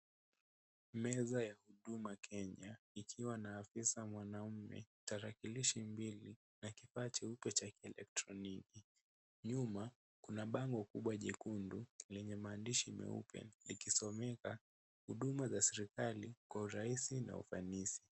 Meza ya huduma Kenya ikiwa na afisa mwanaume, tarakilishi mbili na kifaa cheupe cha ki-elektroniki. Nyuma kuna bango kubwa jekundu lenye maandishi meupe likisomeka "huduma za serikali kwa urahisi na ufanisi."